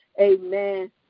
amen